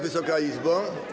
Wysoka Izbo!